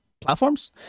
platforms